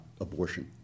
abortion